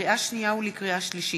לקריאה שנייה ולקריאה שלישית: